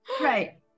right